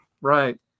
Right